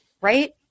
right